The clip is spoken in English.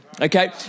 Okay